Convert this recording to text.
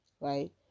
right